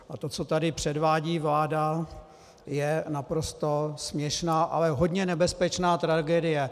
A to, co tady předvádí vláda, je naprosto směšná, ale hodně nebezpečná tragédie.